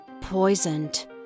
poisoned